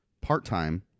part-time